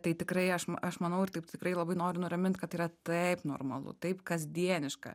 tai tikrai aš aš manau ir taip tikrai labai noriu nuramint kad yra taip normalu taip kasdieniška